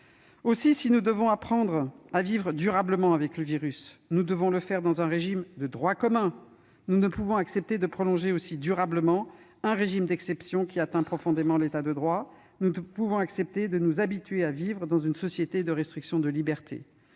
Aussi, si nous devons apprendre à vivre durablement avec le virus, nous devons le faire dans un régime de droit commun. Nous ne pouvons accepter de prolonger aussi durablement un régime d'exception, qui porte profondément atteinte à l'État de droit. Nous ne devons pas nous habituer à vivre dans une société où les libertés